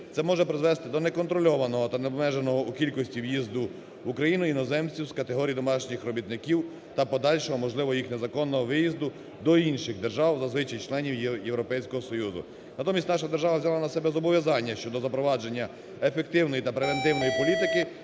Це може призвести до неконтрольованого та необмеженого у кількості в'їзду в Україну іноземців з категорії домашніх робітників та подальшого можливого їх незаконного виїзду до інших держав, зазвичай членів Європейського Союзу. Натомість наша держава взяла на себе зобов'язання щодо запровадження ефективної та превентивної політики